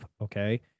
okay